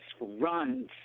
runs